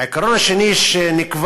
העיקרון השני שנקבע,